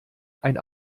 ein